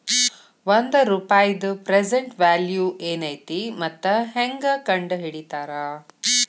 ಒಂದ ರೂಪಾಯಿದ್ present value ಏನೈತಿ ಮತ್ತ ಹೆಂಗ ಕಂಡಹಿಡಿತಾರಾ